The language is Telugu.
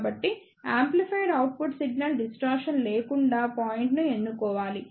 కాబట్టియాంప్లిఫైడ్ అవుట్పుట్ సిగ్నల్ డిస్టార్షన్ లేకుండా పాయింట్ ను ఎన్నుకోవాలి